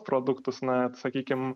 produktus na sakykim